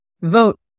vote